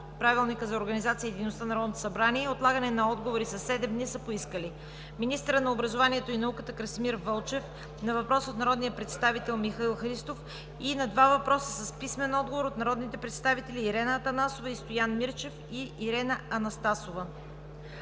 събрание, отлагане на отговори със седем дни са поискали: - министърът на образованието и науката Красимир Вълчев – на въпрос от народния представител Михаил Христов, и на два въпроса с писмен отговор от народните представители Ирена Анастасова; и Стоян Мирчев и Ирена Анастасова;